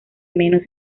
menos